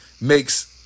makes